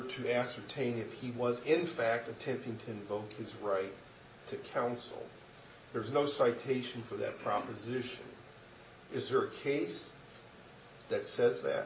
to ascertain if he was in fact attempting to invoke his right to counsel there's no citation for that proposition is or case that says